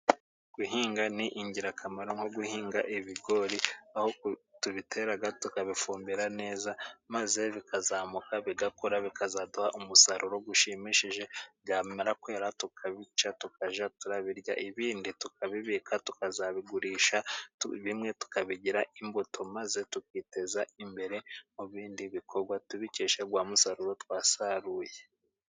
Guhinga ni ingirakamaro. Nko guhinga ibigori aho tubitera tukabifumbira neza maze bikazamuka, bigakora, bikazaduha umusaruro ushimishije .Byamara kwera tukabica tukajya tubirya ibindi tukabibika ,tukazabigurisha , bimwe tukabigira imbuto maze tukiteza imbere mu bindi bikorwa ,tubikesha wa musaruro twasaruye.